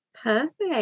Perfect